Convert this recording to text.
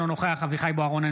אינו נוכח אביחי אברהם בוארון,